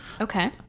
Okay